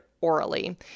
orally